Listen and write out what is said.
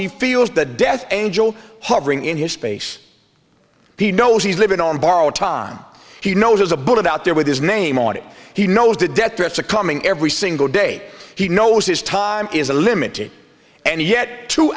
he feels the death angel hovering in his face he knows he's living on borrowed time he knows there's a bullet out there with his name on it he knows the death threats are coming every single day he knows his time is limited and